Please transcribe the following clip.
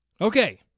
Okay